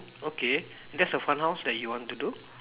okay that's a fun house that you want to do